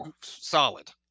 solid